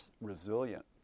resilient